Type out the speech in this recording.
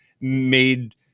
made